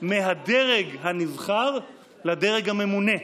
מהדרג הנבחר לדרג הממונה.